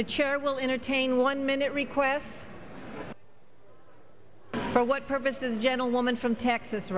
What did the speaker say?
the chair will entertain one minute requests for what purpose is gentlewoman from texas